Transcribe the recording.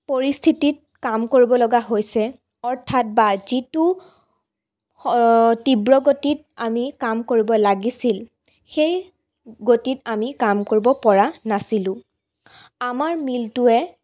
পৰিস্থিতিত কাম কৰিব লগা হৈছে অৰ্থাৎ বা যিটো তীব্ৰ গতিত আমি কাম কৰিব লাগিছিল সেই গতিত আমি কাম কৰিব পৰা নাছিলোঁ আমাৰ মিলটোৱে